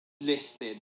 listed